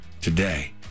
today